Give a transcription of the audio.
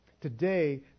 Today